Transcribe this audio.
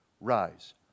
rise